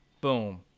Boom